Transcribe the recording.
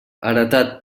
heretat